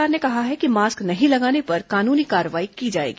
राज्य सरकार ने कहा है कि मास्क नहीं लगाने पर कानूनी कार्रवाई की जाएगी